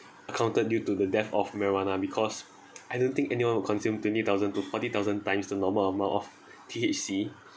accounted due to the death of marijuana because I don't think anyone would consume twenty thousand to forty thousand times the normal amount of T_H_C